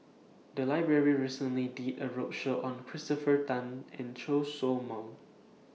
The Library recently did A roadshow on Christopher Tan and Chen Show Mao